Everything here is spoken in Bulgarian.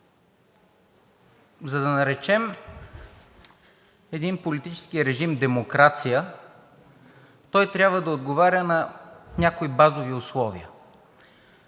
За да наречем един политически режим демокрация, той трябва да отговаря на някои базови условия.